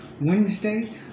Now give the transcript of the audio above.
Wednesday